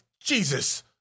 Jesus